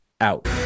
out